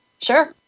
Sure